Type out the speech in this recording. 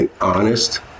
honest